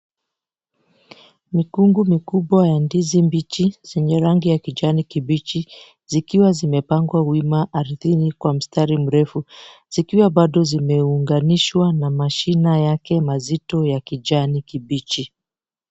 Mikungu mikubwa ya ndizi mbichi zenye rangi ya kijani kibichi ikiwa zimepangwa wima ardhini kwenye mstari mdogo zikiwa bado zimeunanishwa na mashina yake mazito ya kijani kibichi.